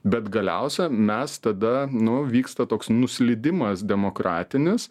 bet galiausią mes tada nu vyksta toks nusileidimas demokratinis